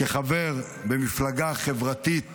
כחבר במפלגה החברתית